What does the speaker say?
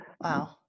Wow